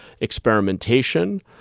experimentation